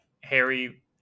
Harry